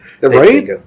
Right